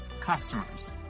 customers